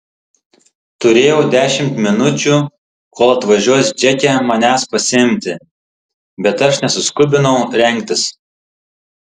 turėjau dešimt minučių kol atvažiuos džeke manęs pasiimti bet aš nesiskubinau rengtis